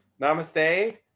namaste